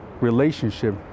relationship